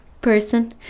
person